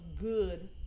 good